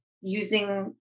using